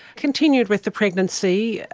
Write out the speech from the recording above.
continued with the pregnancy,